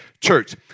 church